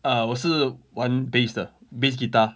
uh 我是玩 bass 的 bass guitar